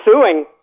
suing